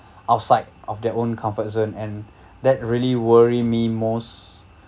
outside of their own comfort zone and that really worry me most